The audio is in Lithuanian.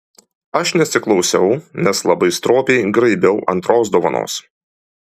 aš nesiklausiau nes labai stropiai graibiau antros dovanos